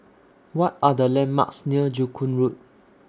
What Are The landmarks near Joo Koon Road